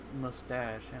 mustache